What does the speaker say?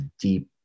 deep